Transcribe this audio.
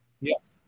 Yes